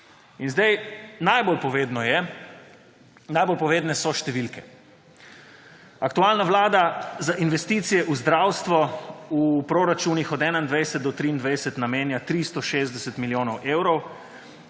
In najbolj povedne so številke. Aktualna vlada za investicije v zdravstvo v proračunih od 2021 do 2023 namenja 360 milijonov evrov